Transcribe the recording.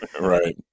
Right